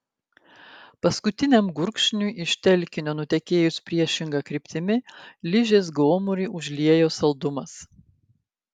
paskutiniam gurkšniui iš telkinio nutekėjus priešinga kryptimi ližės gomurį užliejo saldumas